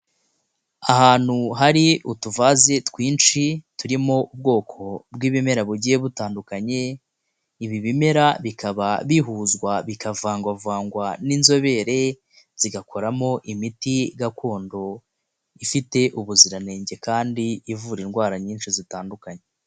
Ahantu hari utuvaze twinshi turimo ubwoko bw'ibimera bugiye butandukanye, ibi bimera bikaba bihuzwa bikavangwavangwa n'inzobere, zigakoramo imiti gakondo, ifite ubuziranenge kandi ivura indwara nyinshi zitandukanye.